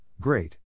great